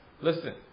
Listen